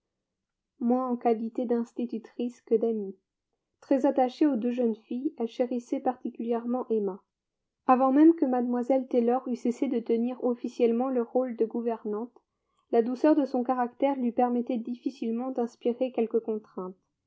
moins en qualité d'institutrice que d'amie très attachée aux deux jeunes filles elle chérissait particulièrement emma avant même que mlle taylor eût cessé de tenir officiellement le rôle de gouvernante la douceur de son caractère lui permettait difficilement d'inspirer quelque contrainte